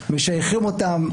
משייכים אותם,